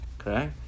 Okay